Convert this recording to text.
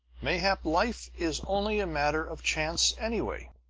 mayhap life is only a matter of chance, anyway.